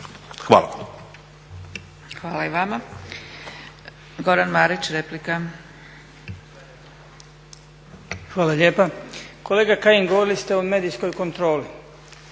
(SDP)** Hvala i vama. Goran Marić, replika. **Marić, Goran (HDZ)** Hvala lijepa. Kolega Kajin, govorili ste o medijskoj kontroli.